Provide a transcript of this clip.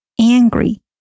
angry